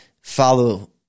follow